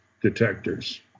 detectors